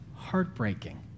heartbreaking